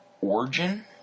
origin